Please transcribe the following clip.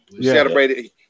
celebrated